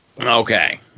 Okay